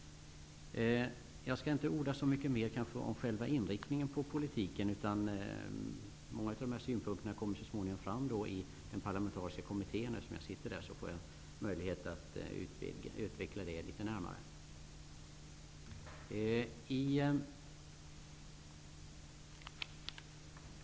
Jag tänker inte tala så mycket mer om själva inriktningen av politiken. Många av dessa synpunkter kommer så småningom fram i den parlamentariska kommittén. Eftersom jag sitter med där får jag då möjlighet att utveckla det här litet närmare.